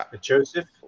Joseph